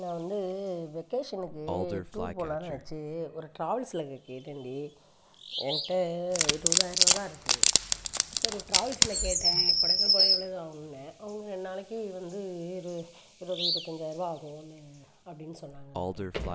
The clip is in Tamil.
நான் வந்து வெக்கேஷனுக்கு டூர் போகலான்னு நினச்சி ஒரு ட்ராவல்ஸ்சில் கே கேட்டேன்டி என்கிட்ட இருவதாயிரம் ரூபா தான் இருக்குது சரி ஒரு ட்ராவல்ஸில் கேட்டேன் கொடைக்கானல் போனால் எவ்வளோ தூரம் ஆகுனுன்னே அவங்க ரெண்டு நாளைக்கு வந்து இரு இருபது இருவத்தஞ்சாயிரம் ரூபா ஆகும்னு அப்படின்னு சொன்னாங்க இந்த டெம்ப்போ